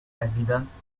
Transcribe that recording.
evidence